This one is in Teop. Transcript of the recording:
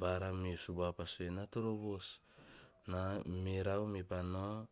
Bara me subuava pa sue, "na toro voos," na merau me pau nao